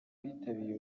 bitabiriye